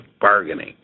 bargaining